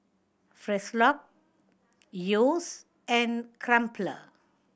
Frisolac Yeo's and Crumpler